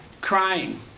crying